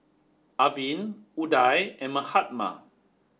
Arvind Udai and Mahatma